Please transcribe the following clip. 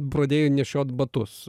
pradėjai nešiot batus